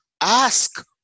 Ask